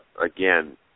again